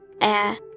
air